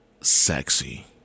sexy